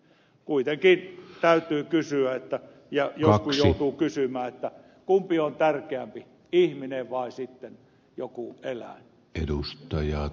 kuitenkin täytyy kysyä ja joutuu kysymään kumpi on tärkeämpi ihminen vai joku eläin